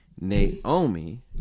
Naomi